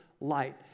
light